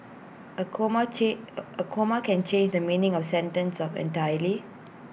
A comma change A a comma can change the meaning of A sentence entirely